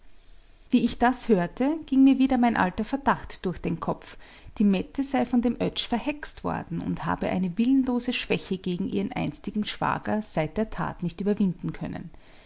wie ich das hörte da ging mir wieder mein alter verdacht durch den kopf die mette sei von dem oetsch verhext worden und habe eine willenlose schwäche gegen ihren einstigen schwager seit der tat nicht überwinden können